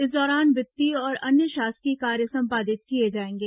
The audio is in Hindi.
इस दौरान वित्तीय और अन्य शासकीय कार्य संपादित किए जाएंगे